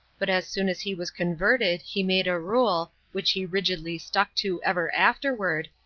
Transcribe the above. but as soon as he was converted he made a rule, which he rigidly stuck to ever afterward,